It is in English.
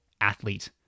athlete